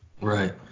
Right